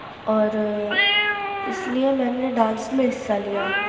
اور اس لیے میں نے ڈانس میں حصہ لیا